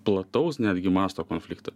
plataus netgi masto konfliktą